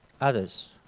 others